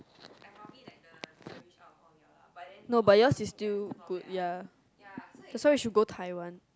no but yours is still good ya that's why we should go taiwan